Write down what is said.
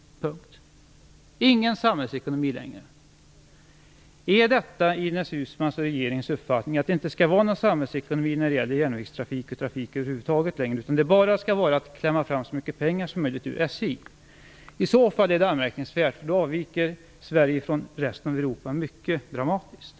Det är inte längre fråga om någon samhällsekonomi. Är det Ines Uusmanns och regeringens uppfattning att det inte skall vara någon samhällsekonomi när det gäller järnvägstrafik eller trafik över huvud taget, utan det bara skall gälla att klämma fram så mycket pengar som möjligt från SJ? I så fall är det anmärkningsvärt. Då avviker Sverige mycket dramatiskt från resten av